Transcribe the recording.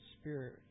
spirit